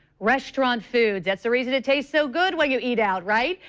restaurant food. that is the reason it tastes so good when you eat out, right?